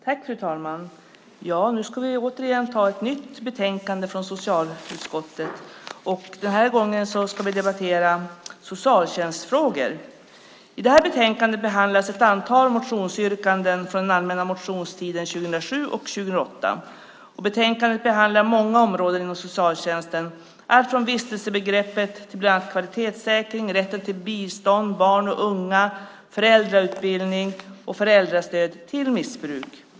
Fru talman! Nu ska vi återigen ta upp ett betänkande från socialutskottet, och den här gången ska vi debattera socialtjänstfrågor. I det här betänkandet behandlas ett antal motionsyrkanden från den allmänna motionstiden 2007 och 2008. Betänkandet behandlar många områden inom socialtjänsten - allt från vistelsebegreppet, kvalitetssäkring, rätten till bistånd, barn och unga, föräldrautbildning och föräldrastöd till missbruk.